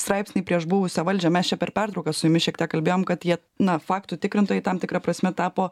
straipsniai prieš buvusią valdžią mes čia per pertrauką su jumis šiek tiek kalbėjom kad jie na faktų tikrintojai tam tikra prasme tapo